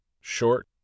short